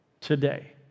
today